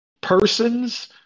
persons